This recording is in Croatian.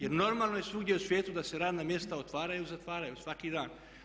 Jer normalno je svugdje u svijetu da se radna mjesta otvaraju, zatvaraju svaki dan.